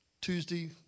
Tuesday